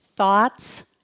Thoughts